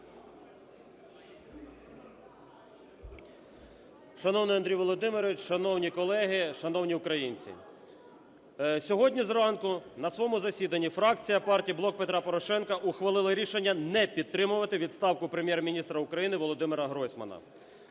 Шановний Андрій Володимирович, шановні колеги, шановні українці! Сьогодні зранку на своєму засіданні фракція партія "Блок Петра Порошенка" ухвалила рішення не підтримувати відставку Прем'єр-міністра України Володимира Гройсмана.